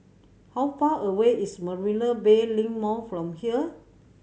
how far away is Marina Bay Link Mall from here